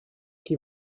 qui